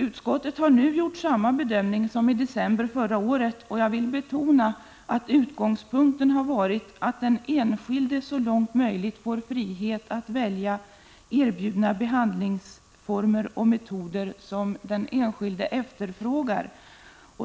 Utskottet har nu gjort samma bedömning som i december förra året, och jag vill betona att utgångspunkten har varit att den enskilde så långt möjligt skall få frihet att välja den behandlingsform och metod som den enskilde efterfrågar